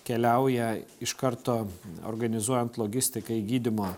keliauja iš karto organizuojant logistiką į gydymo